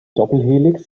doppelhelix